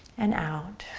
and out.